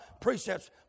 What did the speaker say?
precepts